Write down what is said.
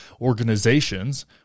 organizations